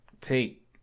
take